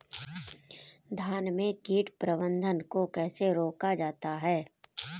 धान में कीट प्रबंधन को कैसे रोका जाता है?